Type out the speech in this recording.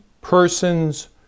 persons